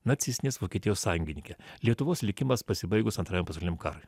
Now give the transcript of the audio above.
nacistinės vokietijos sąjungininkė lietuvos likimas pasibaigus antrajam pasauliniam karui